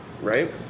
right